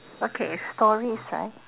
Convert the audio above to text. okay stories right